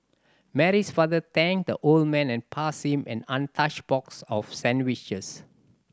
Mary's father thanked the old man and passed him an untouched box of sandwiches